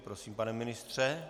Prosím, pane ministře.